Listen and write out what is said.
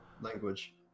Language